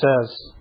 says